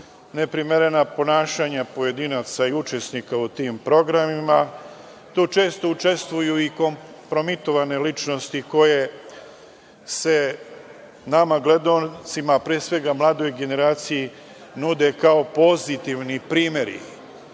neprimerena ponašanja pojedinaca i učesnika u tim programima. Tu često učestvuju i kompromitovane ličnosti koje se nama gledaocima, pre svega mladoj generaciji, nude kao pozitivni primeri.